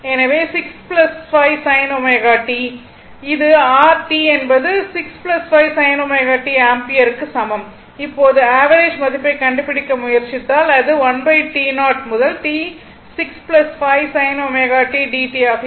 இது r t என்பது 6 5 sin t ஆம்பியருக்கு சமம் இப்போது ஆவரேஜ் மதிப்பைக் கண்டுபிடிக்க முயற்சித்தால் அது 1T0 முதல் T 6 5 sin ω t dt ஆக இருக்கும்